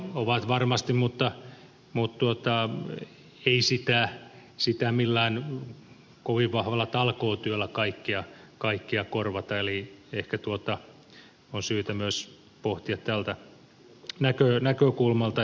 ovat varmasti mutta ei millään kovin vahvalla talkootyöllä kaikkea korvata eli ehkä tuota on syytä pohtia myös tältä näkökulmalta